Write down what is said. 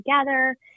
together